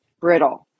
brittle